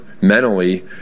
mentally